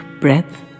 breath